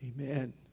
Amen